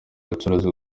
ubucuruzi